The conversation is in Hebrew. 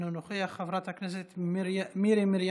אינו נוכח.